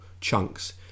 chunks